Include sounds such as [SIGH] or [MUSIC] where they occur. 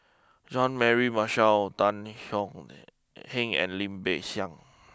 Jean Mary Marshall Tan [UNINTELLIGIBLE] Heng and Lim Peng Siang